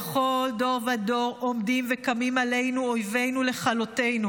בכל דור ודור עומדים וקמים עלינו אויבינו לכלותינו.